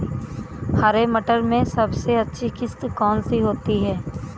हरे मटर में सबसे अच्छी किश्त कौन सी होती है?